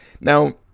now